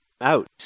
out